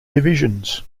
divisions